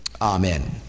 amen